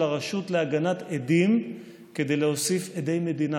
הרשות להגנת עדים כדי להוסיף עדי מדינה.